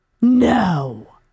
No